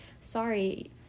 sorry